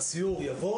הסיור יבוא